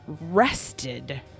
rested